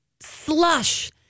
slush